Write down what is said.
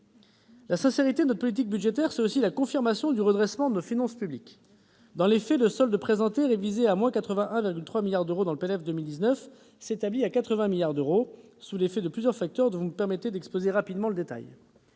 La sincérité de notre politique budgétaire, c'est aussi la confirmation du redressement de nos finances publiques. Dans les faits, le solde présenté, révisé à moins 81,3 milliards d'euros dans le PLF 2019, s'établit ainsi à moins 80 milliards d'euros, sous l'effet de plusieurs facteurs dont vous me permettrez d'exposer rapidement le détail.